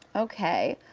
okay,